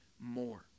more